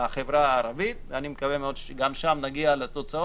בחברה הערבית, ואני מקווה שגם שם נגיע לתוצאות.